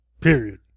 Period